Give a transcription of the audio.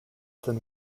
than